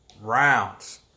rounds